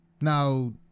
Now